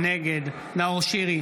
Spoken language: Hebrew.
נגד אריאל קלנר,